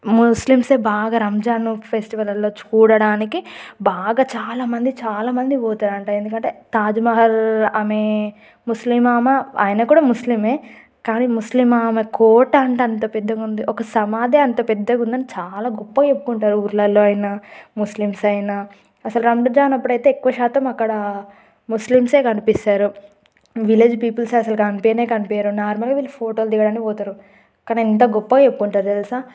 ముస్లింసే బాగా రంజాన్ ఫెస్టివల్లల్లో చూడడానికి బాగా చాలా మంది చాలా మంది పోతారంట ఎందుకంటే తాజ్మహల్ ఆమె ముస్లిం ఆమె ఆయన కూడా ముస్లిమే కానీ ముస్లిం ఆమె కోటంటే అంత పెద్దగుంది ఒక సమాదే అంత పెద్దగుందిని చాలా గొప్పగా చెప్పుకుంటారు ఊర్లలో అయినా ముస్లిమ్స్ అయినా అసలు రంజాన్ అప్పుడైతే ఎక్కువ శాతం అక్కడ ముస్లింసే కనిపిస్తారు విలేజ్ పీపుల్స్ అసలు కనిపియనే కనిపియరు నార్మల్గా వీళ్ళు ఫోటోలు దిగడానికి పోతారు కానీ ఎంత గొప్పగా చెప్పుకుంటారో తెలుసా